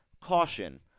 Caution